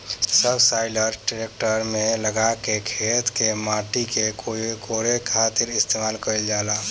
subsoiler tractor में लगा के खेत के माटी के कोड़े खातिर इस्तेमाल कईल जाला